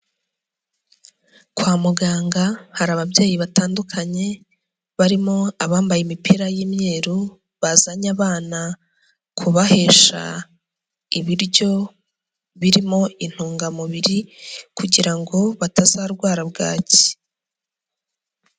Kwa muganga hari ababyeyi batandukanye, barimo abambaye imipira y'imyeru bazanye abana kubahesha ibiryo birimo intungamubiri kugira ngo batazarwara bwaki.